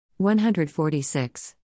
146